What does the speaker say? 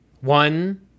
one